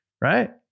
right